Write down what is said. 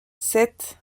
sept